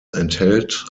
enthält